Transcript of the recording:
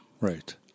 Right